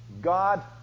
God